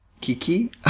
Kiki